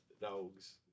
dogs